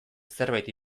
zerbait